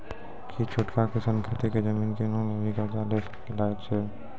कि छोटका किसान खेती के जमीन किनै लेली कर्जा लै के लायक छै?